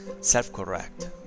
self-correct